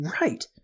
right